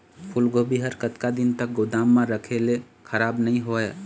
फूलगोभी हर कतका दिन तक गोदाम म रखे ले खराब नई होय?